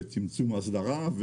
צמצום האסדרה,